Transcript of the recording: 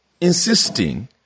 insisting